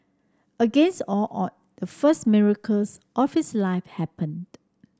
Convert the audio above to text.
against all odd the first miracles of his life happened